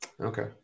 Okay